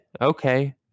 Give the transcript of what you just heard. okay